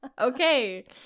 Okay